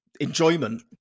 enjoyment